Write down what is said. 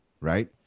right